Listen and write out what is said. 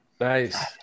nice